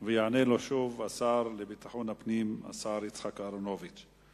ויענה לו, שוב, השר לביטחון הפנים יצחק אהרונוביץ.